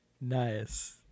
Nice